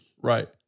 right